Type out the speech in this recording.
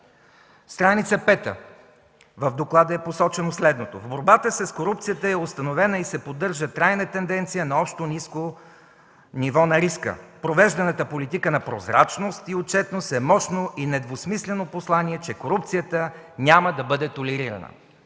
страница пета от доклада е посочено следното: „В борбата с корупцията е установена и се поддържа трайна тенденция на общо ниско ниво на риска. Провежданата политика на прозрачност и отчетност е мощно и недвусмислено послание, че корупцията няма да бъде толерирана”